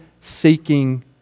seeking